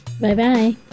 Bye-bye